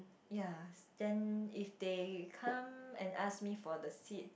ya then if they come and ask me for the seat